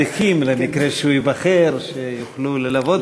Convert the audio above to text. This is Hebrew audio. המאבטחים, למקרה שהוא ייבחר, שיוכלו ללוות אותו.